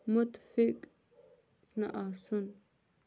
مُتفِق نہَ آسُن